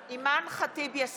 את אותה התרופה או את הטיפול שמתאים